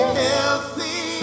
healthy